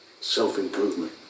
Self-improvement